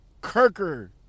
Kirker